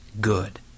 good